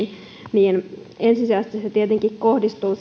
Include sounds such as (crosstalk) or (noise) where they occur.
ensisijaisesti se tietenkin kohdistuu (unintelligible)